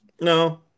No